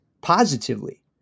Positively